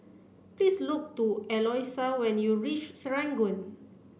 please look to Eloisa when you reach Serangoon